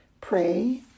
pray